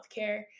healthcare